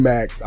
Max